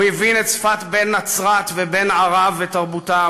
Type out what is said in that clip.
הוא הבין את שפת בן נצרת ובן ערב ותרבותם,